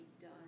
done